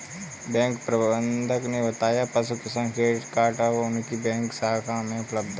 bank प्रबंधक ने बताया पशु किसान क्रेडिट कार्ड अब उनकी बैंक शाखा में उपलब्ध है